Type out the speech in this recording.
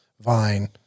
Vine